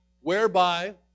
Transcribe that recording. whereby